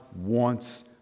wants